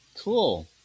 cool